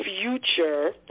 future